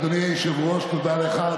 אדוני היושב-ראש, תודה לך.